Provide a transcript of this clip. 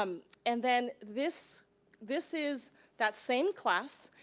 um and then, this this is that same class,